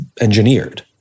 engineered